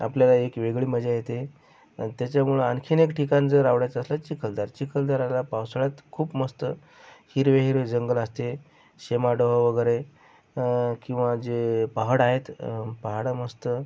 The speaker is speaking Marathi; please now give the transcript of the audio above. आपल्याला एक वेगळी मजा येते आणि त्याच्यामुळं आणखीन एक ठिकान जर आवडायचं असलं चिखलदरा चिखलदऱ्याला पावसाळ्यात खूप मस्त हिरवे हिरवे जंगल असते सीमाडोह वगैरे किंवा जे पहाड आहेत पहाड मस्त